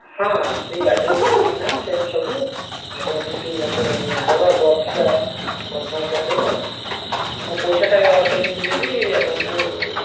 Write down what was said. ହଁ ହଁ ସେଇ ଆଡ୍ରେସ ସେଇ ନାଁ ସେମ ସବୁ ଆପଣ ଖାଲି ଟିକେ ମୋତେ ନମ୍ବର ବର୍ଥଟା କନଫର୍ମ କରିଦେବେ ଆଉ ଆଉ ମୁଁ ପଇସା ଟା କେମିତି ଦେବି ଆପଣଙ୍କୁ